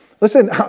Listen